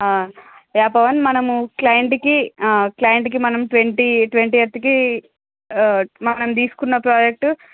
yeah Pavan మనము క్లయింట్కి క్లయింట్కి మనం ట్వంటీ ట్వంటీయత్కి మనం తీసుకున్న ప్రాజెక్ట్